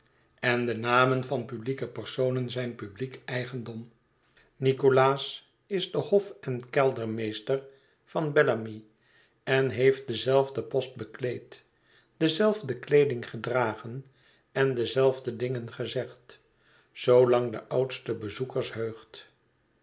en de namen van publieke personen zijn publiek eigendom nicholas is de hof en keldermeester van bellamy en heeft denzelfden post bekleed dezelfde kleeding gedragen en dezelfde dingen gezegd zoolang de oudste bezoekers heugt